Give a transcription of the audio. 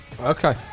Okay